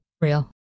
Real